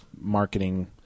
marketing